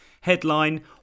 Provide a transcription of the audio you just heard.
Headline